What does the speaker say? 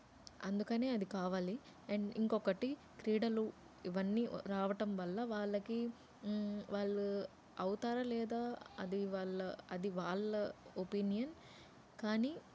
అందుకని అది కావాలి అండ్ ఇంకొకటి క్రీడలు ఇవన్నీ రావటం వల్ల వాళ్ళకి వాళ్ళు అవుతారా లేదా అది వాళ్ళ అది వాళ్ళ ఒపీనియన్ కానీ